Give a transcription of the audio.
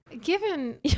given